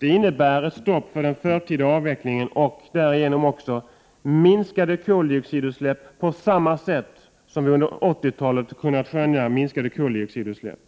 innebär det ett stopp för den förtida avvecklingen och därigenom minskade koldioxidutsläpp på samma sätt som vi under 80-talet kunnat skönja minskade koldioxidutsläpp.